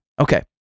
Okay